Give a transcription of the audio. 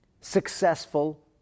successful